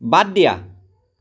বাদ দিয়া